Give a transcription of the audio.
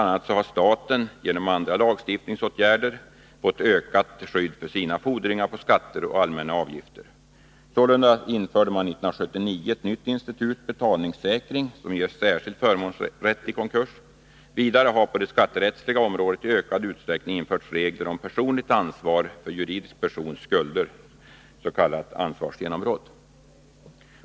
a. har staten genom andra lagstiftningsåtgärder fått ökat skydd för sina fordringar på skatter och allmänna avgifter. Sålunda infördes 1979 ett nytt institut, betalningssäkring, som ger särskild förmånsrätt i konkurs. Vidare har på det skatterättsliga området i ökad utsträckning införts regler om personligt ansvar för juridisk persons skulder, s.k. ansvarsgenombrott.